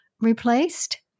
replaced